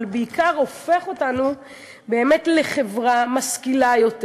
אבל בעיקר הופך אותנו באמת לחברה משכילה יותר